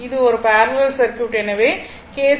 இது ஒரு parallel circuit எனவே கே